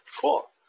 Cool